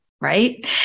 right